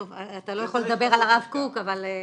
טוב, אתה לא יכול לדבר על הרב קוק, אבל אצלכם.